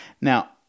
Now